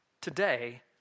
today